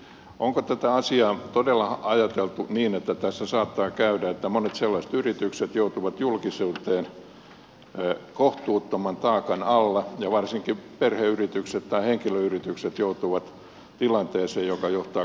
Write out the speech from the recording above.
onko tätä asiaa todella ajateltu niin että tässä saattaa käydä niin että monet sellaiset yritykset joutuvat julkisuuteen kohtuuttoman taakan alla ja varsinkin perheyritykset tai henkilöyritykset joutuvat tilanteeseen joka johtaa konkurssiin